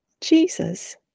jesus